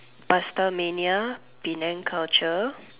pastamania Penang culture